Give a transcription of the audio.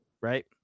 right